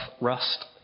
rust